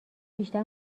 بیشتر